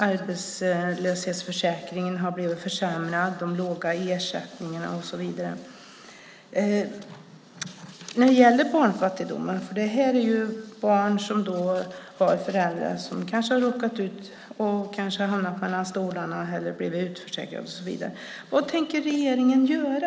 Arbetslöshetsförsäkringen har blivit försämrad, det är låga ersättningar och så vidare. När det gäller barnfattigdomen är det kanske barn som har föräldrar som har hamnat mellan stolarna eller blivit utförsäkrade. Vad tänker regeringen göra?